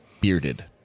bearded